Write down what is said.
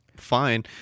Fine